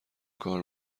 کار